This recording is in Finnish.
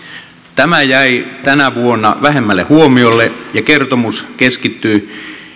tämä jäi tänä vuonna vähemmälle huomiolle ja kertomus keskittyy